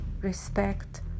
respect